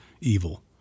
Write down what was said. evil